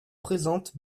présentes